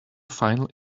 final